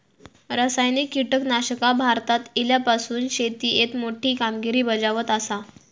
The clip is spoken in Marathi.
रासायनिक कीटकनाशका भारतात इल्यापासून शेतीएत मोठी कामगिरी बजावत आसा